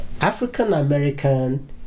African-American